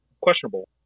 questionable